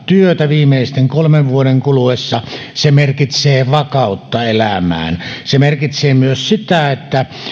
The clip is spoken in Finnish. työtä viimeisten kolmen vuoden kuluessa se merkitsee vakautta elämään se merkitsee myös sitä että